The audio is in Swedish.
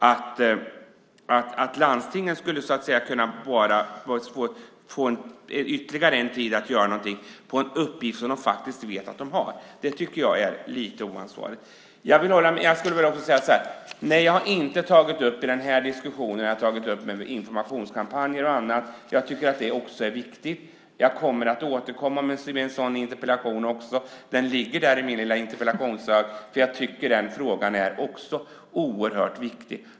Att landstingen nu skulle få ytterligare tid på sig att fullgöra en uppgift som de faktiskt vet att de har tycker jag är lite oansvarigt. I den här diskussionen har jag inte tagit upp något om informationskampanjer och annat. Jag tycker att det också är viktigt. Jag kommer att återkomma med en sådan interpellation. Den ligger där i min lilla interpellationshög. Jag tycker att den frågan också är oerhört viktig.